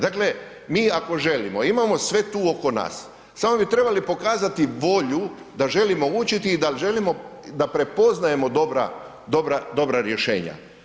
Dakle mi ako želimo imamo sve tu oko nas, samo bi trebali pokazati volju da želimo učiti i da želimo da prepoznajemo dobra rješenja.